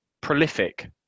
Prolific